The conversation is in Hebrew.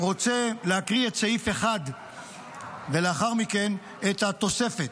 רוצה להקריא את סעיף 1 ולאחר מכן את התוספת.